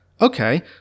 okay